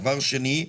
דבר שני,